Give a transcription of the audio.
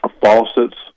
Faucets